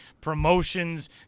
promotions